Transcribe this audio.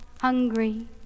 Hungry